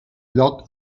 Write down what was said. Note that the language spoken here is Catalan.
lloc